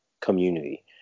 community